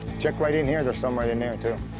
check right in here. there's some right in there, too.